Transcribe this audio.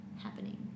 happening